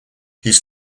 his